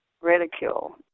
ridicule